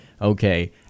okay